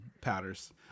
powders